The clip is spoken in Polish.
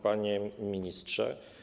Panie Ministrze!